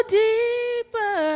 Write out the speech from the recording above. deeper